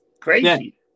crazy